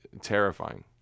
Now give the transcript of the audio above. terrifying